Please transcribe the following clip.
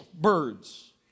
birds